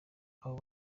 abo